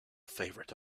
favorite